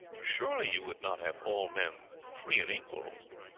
surely you would not have all men free and equal.